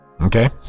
Okay